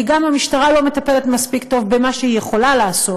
כי גם המשטרה לא מטפלת מספיק טוב במה שהיא יכולה לעשות,